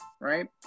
Right